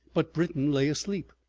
but britain lay asleep.